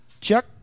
Chuck